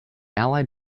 allied